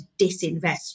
disinvest